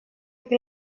qui